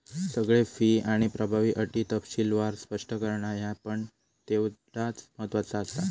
सगळे फी आणि प्रभावी अटी तपशीलवार स्पष्ट करणा ह्या पण तेवढाच महत्त्वाचा आसा